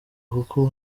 kuko